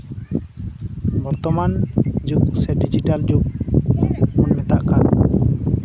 ᱵᱚᱨᱛᱚᱢᱟᱱ ᱡᱩᱜᱽ ᱥᱮ ᱰᱤᱡᱤᱴᱟᱞ ᱡᱩᱜᱽ ᱵᱚᱱ ᱢᱮᱛᱟᱜ ᱠᱟᱱ